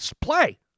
play